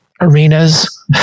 arenas